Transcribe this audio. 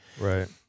Right